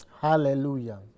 Hallelujah